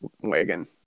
wagon